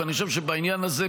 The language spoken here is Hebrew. ואני חושב שבעניין הזה,